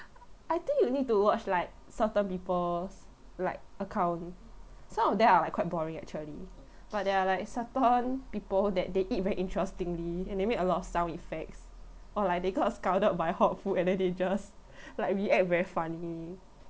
I think you need to watch like certain people's like account some of them are like quite boring actually but there are like certain people that they eat very interestingly and they made a lot of sound effects or like they got scalded by hot food and then they just like react very funny